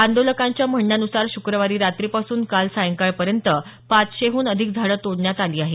आंदोलकांच्या म्हणण्यान्सार शुक्रवारी रात्रीपासून काल सायंकाळपर्यंत पाचशेहून अधिक झाडं तोडण्यात आली आहेत